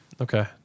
Okay